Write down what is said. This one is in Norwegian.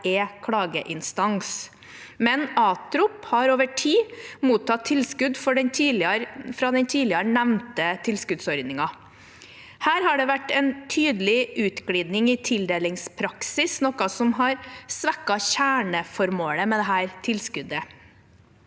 klageinstans. ATROP har over tid mottatt tilskudd fra den tidligere nevnte tilskuddsordningen. Her har det vært en tydelig utglidning i tildelingspraksis, noe som har svekket kjerneformålet med tilskuddet.